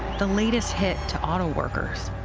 the latest hit to auto workers.